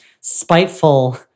spiteful